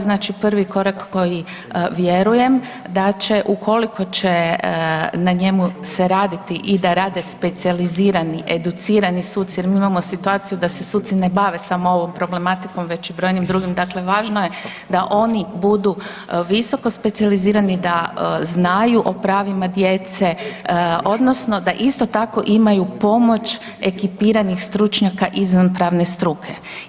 Znači prvi korak koji vjerujem da će ukoliko će na njemu se raditi i da rade specijalizirani, educirani suci jer mi imamo situaciju da se suci ne bave samo ovom problematiku već i brojnim drugim, dakle važno je da oni budu visokospecijalizirani, da znaju o pravima djece odnosno da isto tako imaju pomoć ekipiranih stručnjaka izvan pravne struke.